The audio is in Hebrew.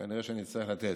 כנראה שאני אצטרך לתת,